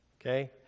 Okay